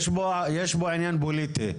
יש פה עניין פוליטי.